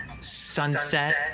sunset